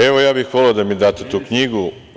Evo, ja bih voleo da mi date tu knjigu.